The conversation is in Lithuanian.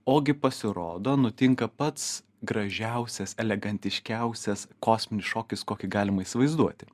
ogi pasirodo nutinka pats gražiausias elegantiškiausias kosminis šokis kokį galima įsivaizduoti